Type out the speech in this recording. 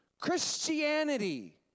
Christianity